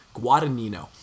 Guadagnino